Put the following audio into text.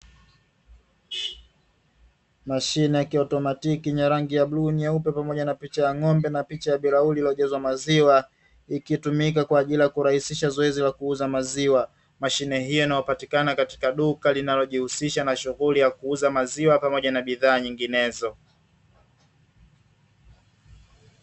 Mashine ya kautomatiki yenye rangi ya bluu, nyeupe pamoja na picha ya ng'ombe na picha ya bilauri iliyojazwa maziwa; ikitumika kwa ajili ya kurahisisha zoezi la kuuza maziwa. Mashine hiyo inayopatikana katika duka linalojihusisha na shughuli ya kuuza maziwa pamoja na bidhaa nyinginezo.